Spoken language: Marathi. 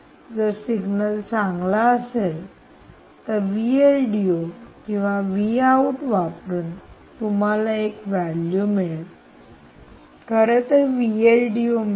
जर सिग्नल चांगला असेल तर किंवा वापरून तुम्हाला एक व्हॅल्यू मिळेल खरंतर मिळेल